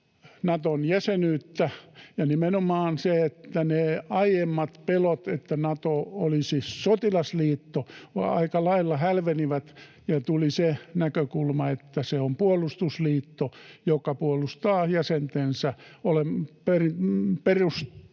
Naton jäsenyyttä. Nimenomaan ne aiemmat pelot, että Nato olisi sotilasliitto, aika lailla hälvenivät, ja tuli se näkökulma, että se on puolustusliitto, joka puolustaa jäsentensä perustavaa